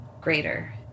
greater